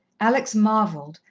alex marvelled,